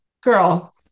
Girl